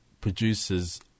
producers